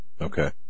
Okay